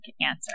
answer